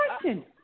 question